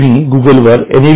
तुम्ही गुगल वर एन